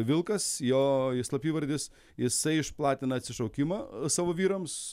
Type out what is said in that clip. vilkas jo i slapyvardis jisai išplatina atsišaukimą savo vyrams